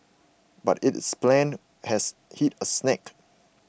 but it is plan has hit a snag